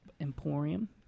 emporium